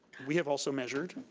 we have also measured,